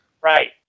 right